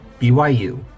BYU